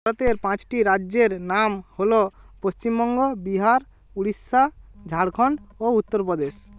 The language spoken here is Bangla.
ভারতের পাঁচটি রাজ্যের নাম হল পশ্চিমবঙ্গ বিহার উড়িষ্যা ঝাড়খন্ড ও উত্তর প্রদেশ